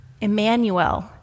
Emmanuel